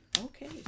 Okay